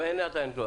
אין עדיין לא.